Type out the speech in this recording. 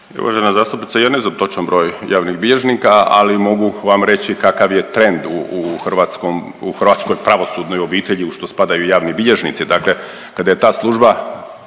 Uvažena zastupnice, ja ne znam točan broj javnih bilježnika, ali mogu vam reći kakav je trend u hrvatskom, u hrvatskoj pravosudnoj obitelji u što spadaju i javni bilježnici. Dakle, kada je ta služba